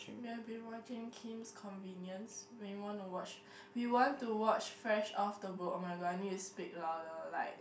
we had been watching Kim's Convenience when we want to watch we want to watch Fresh-Off-the-Boat [oh]-my-god I need to speak louder like